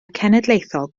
cenedlaethol